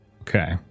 Okay